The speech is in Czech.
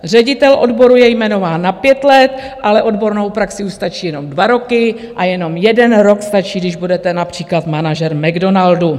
Ředitel odboru je jmenován na 5 let, ale odborná praxe už stačí jenom 2 roky a jenom jeden rok stačí, když budete například manažer McDonaldu.